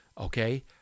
Okay